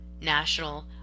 national